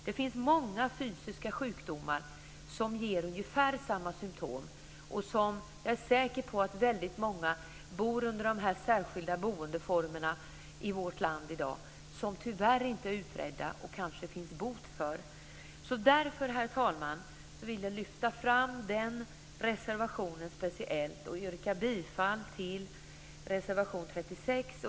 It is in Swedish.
Det finns många fysiska sjukdomar som ger ungefär samma symtom. Jag är säker på att många som i dag bor i särskilda boendeformer i vårt land tyvärr inte är utredda trots att det kanske finns bot för dem. Herr talman! Därför vill jag lyfta fram den reservationen speciellt och yrka bifall till reservation nr 36.